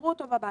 סגרו אותו בבית,